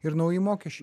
ir nauji mokesčiai